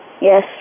Yes